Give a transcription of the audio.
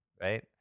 right